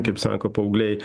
kaip sako paaugliai